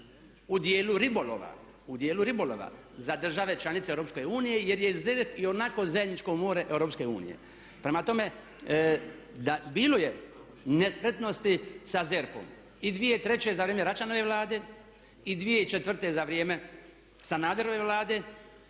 u dijelu ribolova za države članice EU jer je i ZERP ionako zajedničko more EU. Prema tome, da bilo je nespretnosti sa ZERP-om i 2003.za vrijeme Račanove Vlade i 2004. za vrijeme Sanaderove Vlade